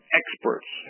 experts